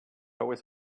always